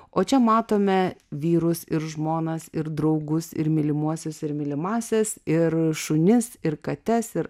o čia matome vyrus ir žmonas ir draugus ir mylimuosius ir mylimąsias ir šunis ir kates ir